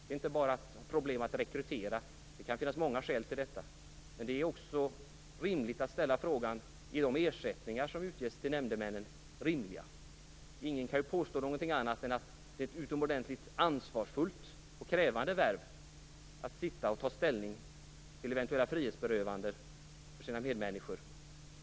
Det är inte bara problem att rekrytera - det kan finnas många skäl till detta - utan frågan måste också ställas om de ersättningar som utges till nämndemännen är rimliga. Ingen kan påstå någonting annat än att det är ett utomordentligt ansvarsfullt och krävande värv att sitta och ta ställning till eventuella frihetsberövanden för sina medmänniskor.